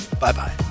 Bye-bye